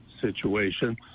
situation